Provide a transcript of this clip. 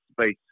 space